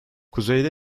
kuzeyde